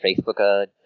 Facebook